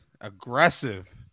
aggressive